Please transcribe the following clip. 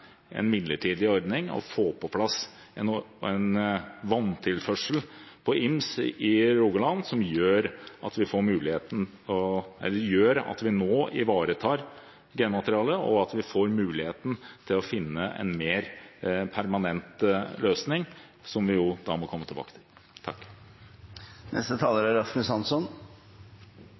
midlertidig ordning og en vanntilførsel på Ims i Rogaland, som gjør at vi nå ivaretar genmaterialet, og at vi får mulighet til å finne en mer permanent løsning, som vi må komme tilbake til. I Miljøpartiet De Grønne er